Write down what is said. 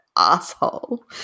asshole